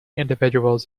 individuals